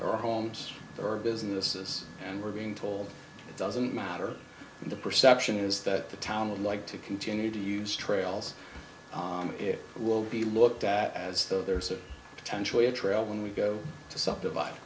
there are homes or businesses and we're being told it doesn't matter the perception is that the town would like to continue to use trails it will be looked at as though there's a potentially a trail when we go to subdivide